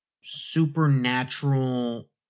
supernatural